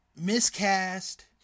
miscast